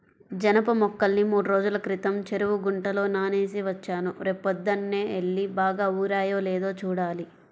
జనప మొక్కల్ని మూడ్రోజుల క్రితం చెరువు గుంటలో నానేసి వచ్చాను, రేపొద్దన్నే యెల్లి బాగా ఊరాయో లేదో చూడాలి